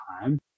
time